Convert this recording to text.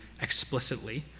explicitly